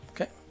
Okay